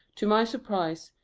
to my surprise,